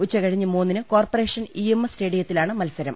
ഉച്ചകഴിഞ്ഞ് മൂന്നിന് corporation EMS സ്റ്റേഡി യത്തിലാണ് മത്സരം